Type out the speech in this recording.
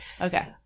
Okay